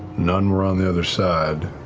none were on the other side.